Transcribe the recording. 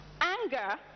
anger